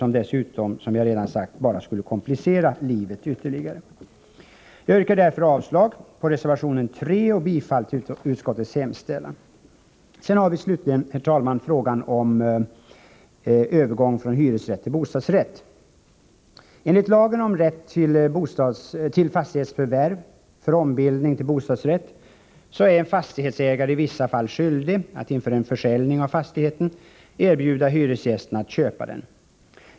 Det skulle bara, som jag redan sagt, ytterligare komplicera livet. Jag yrkar således avslag på reservation 3 och bifall till utskottets hemställan. Slutligen, herr talman, till frågan om övergång från hyresrätt till bostadsrätt. Enligt lagen om rätt till fastighetsförvärv för ombildning till bostadsrätt är en fastighetsägare i vissa fall skyldig att inför en försäljning av fastigheten erbjuda hyresgästerna att köpa denna.